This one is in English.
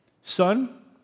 son